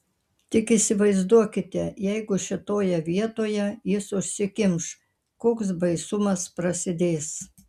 tik įsivaizduokite jeigu šitoje vietoje jis užsikimš koks baisumas prasidės